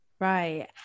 Right